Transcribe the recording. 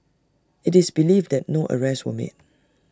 IT is believed that no arrests were made